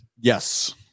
yes